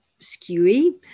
skewy